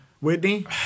Whitney